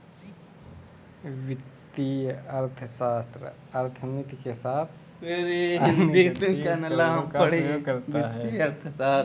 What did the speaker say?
वित्तीय अर्थशास्त्र अर्थमिति के साथ साथ अन्य गणितीय उपकरणों का उपयोग करता है